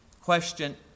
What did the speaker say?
question